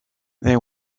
they